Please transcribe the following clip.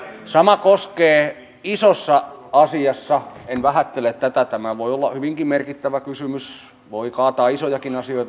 sama koskee isoa asiaa en vähättele tätä tämä voi olla hyvinkin merkittävä kysymys pienet asiat voivat joskus kaataa isojakin asioita